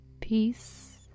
Peace